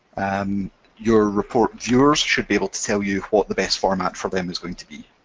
um your report viewers should be able to tell you what the best format for them is going to be,